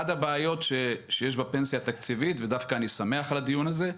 אחת הבעיות שהיו בפנסיה התקציבית ודווקא אני שמח על הדיון הזה,